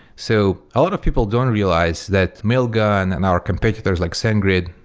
so a lot of people don't realize that mailgun and our competitors, like sendgrid,